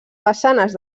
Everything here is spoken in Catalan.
façanes